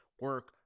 Work